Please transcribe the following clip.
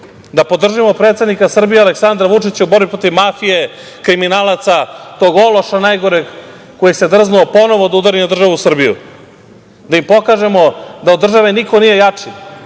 da podržimo predsednika Srbije Aleksandra Vučića u borbi protiv mafije, kriminalaca, tog ološa najgoreg koji se drznuo ponovo da udari na državu Srbiju, da im pokažemo da od države niko nije jači,